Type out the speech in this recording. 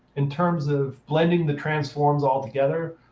in terms of blending the transforms all together,